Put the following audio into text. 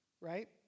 Right